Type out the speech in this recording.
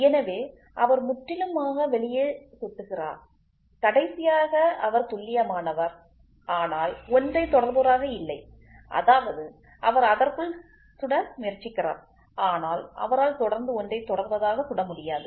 எனவே அவர் முற்றிலுமாக வெளியே சுட்டுகிறார் கடைசியாக அவர் துல்லியமானவர் ஆனால் ஒன்றை தொடர்பவராக இல்லைஅதாவது அவர் அதற்குள் சூட முயற்சிக்கிறார் ஆனால் அவரால் தொடர்ந்து ஒன்றை தொடர்வதாக சுட முடியாது